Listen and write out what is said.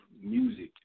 music